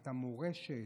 את המורשת,